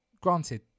Granted